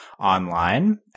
online